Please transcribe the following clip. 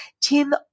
Tim